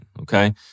okay